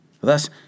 Thus